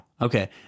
Okay